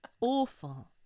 awful